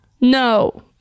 No